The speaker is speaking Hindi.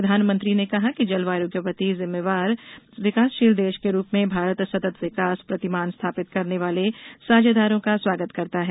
प्रधानमंत्री ने कहा कि जलवायु के प्रति जिम्मेदार विकासशील देश के रूप में भारत सतत विकास प्रतिमान स्थापित करने वाले साझेदारो का स्वागत करता है